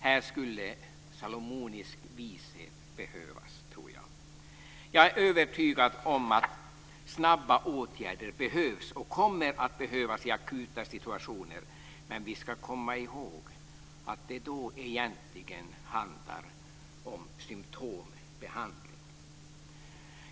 Här skulle salomonisk vishet behövas, tror jag. Jag är övertygad om att snabba åtgärder behövs och kommer att behövas i akuta situationer, men vi ska komma ihåg att det då egentligen handlar om symtombehandling.